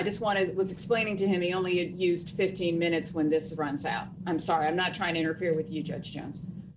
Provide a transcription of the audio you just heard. i just wanted was explaining to him the only unused fifteen minutes when this runs out i'm sorry i'm not trying to interfere with you j